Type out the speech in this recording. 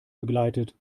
begleitet